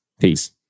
Peace